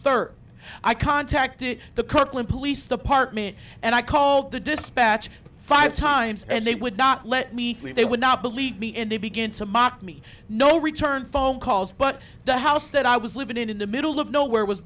third i contacted the cook lynn police department and i called the dispatch five times and they would not let me they would not believe me and they begin to mock me no return phone calls but the house that i was living in in the middle of nowhere was